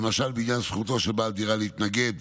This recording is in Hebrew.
למשל לעניין זכותו של בעל דירה להתנגד